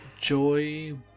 Joy